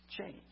change